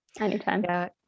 Anytime